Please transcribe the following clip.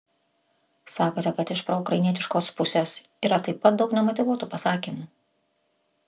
sakote kad iš proukrainietiškos pusės yra taip pat daug nemotyvuotų pasakymų